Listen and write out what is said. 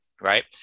Right